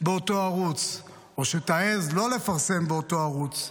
באותו הערוץ, שתעז לא לפרסם באותו הערוץ.